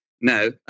no